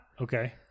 Okay